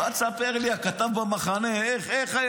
בוא תספר לי, הכתב במחנה, איך?